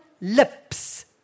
lips